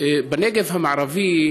בנגב המערבי,